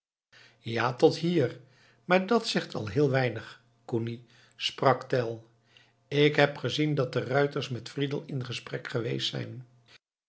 ja tot hier maar dat zegt al heel weinig kuni sprak tell ik heb gezien dat de ruiters met friedel in gesprek geweest zijn